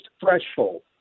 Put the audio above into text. threshold